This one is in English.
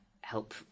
help